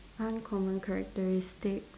uncommon characteristic